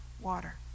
water